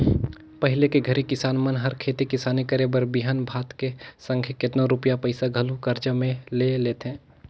पहिली के घरी किसान मन हर खेती किसानी करे बर बीहन भात के संघे केतनो रूपिया पइसा घलो करजा में ले लेथें